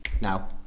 now